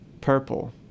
purple